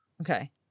Okay